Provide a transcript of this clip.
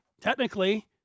technically